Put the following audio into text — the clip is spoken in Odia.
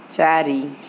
ଚାରି